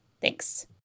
Thanks